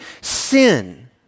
sin